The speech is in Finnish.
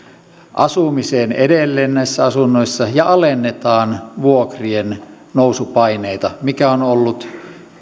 asumiseen edelleen näissä asunnoissa ja alennetaan vuokriennousupaineita mikä on ollut